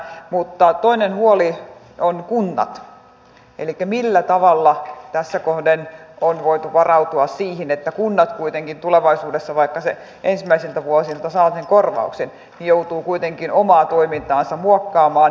mutta toinen huoli on kunnat elikkä se millä tavalla tässä kohden on voitu varautua siihen että kunnat kuitenkin tulevaisuudessa vaikka ne ensimmäisiltä vuosilta saavat sen korvauksen joutuvat omaa toimintaansa muokkaamaan